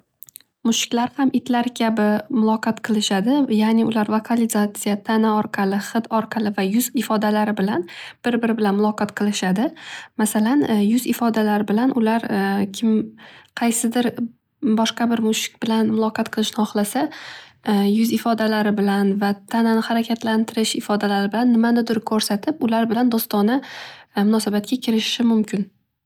Mushuklar ham itlar kabi muloqot qilishadi. Ya'ni ular vokalizatsiya, tana orqali, hid orqali va yuz ifodalari bilan bir biri bilan muloqot qilishadi. Masalan, yuz ifodalari bilan ular kim, qaysidir boshqa bir mushuk bilan muloqot qilishni xohlasa yuz ifodalari bilan va tanani harakatlantirish ifodalari bilan nimanidir ko'rsatib, ular bilan do'stona munosabatga kirishishi mumkin.